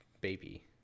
baby